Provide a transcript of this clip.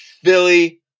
Philly